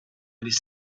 les